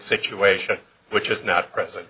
situation which is not present